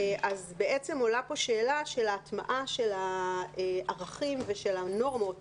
אז בעצם עולה פה שאלה של הטמעה של ערכים ושל הנורמות